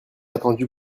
attendu